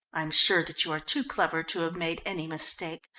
i'm sure that you are too clever to have made any mistake.